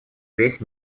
весь